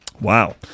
Wow